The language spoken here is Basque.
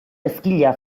ezkila